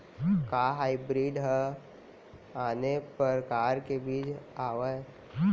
का हाइब्रिड हा आने परकार के बीज आवय?